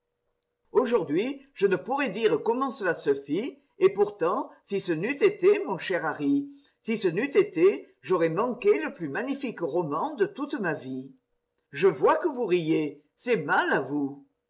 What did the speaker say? aujourd'hui je ne pourrais dire comment cela se fit et pourtant si ce n'eût été mon cher harry si ce n'eût été j'aurais manqué le plus magnifique roman de toute ma vie je vois que vous riez c'est mal à vous